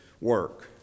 work